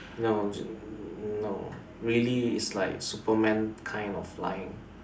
no ju~ no really it's like superman kind of flying